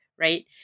Right